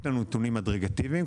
יש לנו נתונים אגרגטיביים,